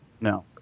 No